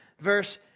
verse